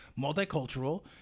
multicultural